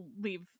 leave